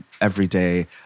everyday